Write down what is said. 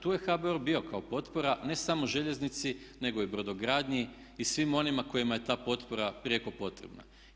Tu je HBOR bio kao potpora ne samo željeznici nego i brodogradnji i svima onima kojima je ta potpora prijeko potrebna.